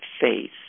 faith